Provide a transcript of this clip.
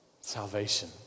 Salvation